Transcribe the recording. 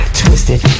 twisted